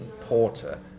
porter